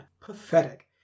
Pathetic